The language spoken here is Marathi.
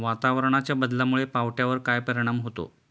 वातावरणाच्या बदलामुळे पावट्यावर काय परिणाम होतो?